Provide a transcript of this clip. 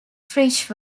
fish